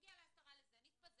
לפעוטות לשם התקנת